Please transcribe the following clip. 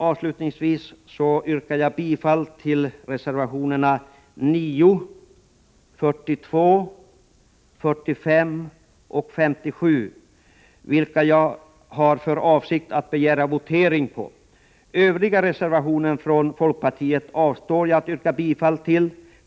Avslutningsvis yrkar jag bifall till reservationerna 9, 42, 45 och 57, beträffande vilka jag har för avsikt att begära votering. Övriga reservationer från mitt parti avstår jag från att yrka bifall till.